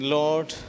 lord